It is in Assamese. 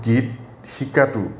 গীত শিকাটো